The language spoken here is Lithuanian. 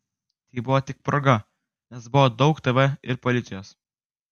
tai buvo tik proga nes buvo daug tv ir policijos